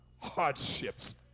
hardships